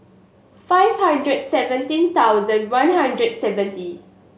five hundred seventeen thousand one hundred seven